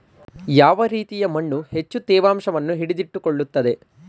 ಯಾವ ರೀತಿಯ ಮಣ್ಣು ಹೆಚ್ಚು ತೇವಾಂಶವನ್ನು ಹಿಡಿದಿಟ್ಟುಕೊಳ್ಳುತ್ತದೆ?